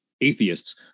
atheists